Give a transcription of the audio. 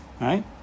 right